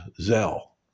Zell